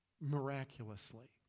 miraculously